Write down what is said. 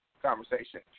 conversation